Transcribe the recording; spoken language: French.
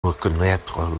reconnaître